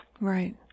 right